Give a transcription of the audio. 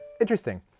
interesting